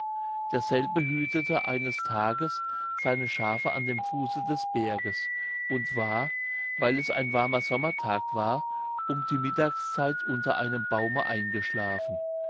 derselbe hütete eines tages seine schafe an dem fuße des berges und war weil es ein warmer sommertag war um die mittagszeit unter einem baume eingeschlafen